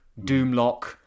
Doomlock